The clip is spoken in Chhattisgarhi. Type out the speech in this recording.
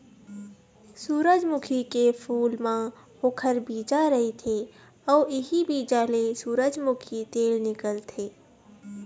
सूरजमुखी के फूल म ओखर बीजा रहिथे अउ इहीं बीजा ले सूरजमूखी तेल निकलथे